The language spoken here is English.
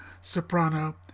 Soprano